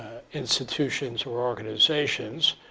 institutions or organizations.